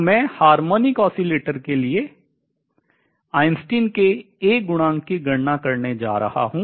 तो मैं harmonic oscillator के लिए आइंस्टीन के A गुणांक की गणना करने जा रहा हूँ